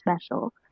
special